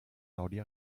saudi